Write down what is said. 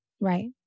right